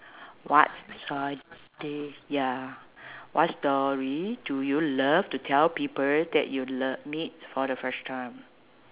what story ya what story do you love to tell people that you lov~ meet for the first time